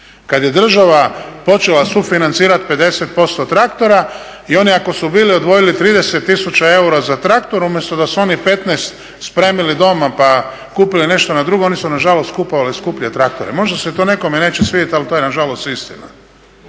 Kad je država počela sufinancirati 50% traktora i oni ako su bili odvojili 30 tisuća eura za traktor, umjesto da su onih 15 spremili doma pa kupili nešto drugo, oni su nažalost kupovali skuplje traktore. Možda se to nekome neće svidjeti ali to nažalost istina.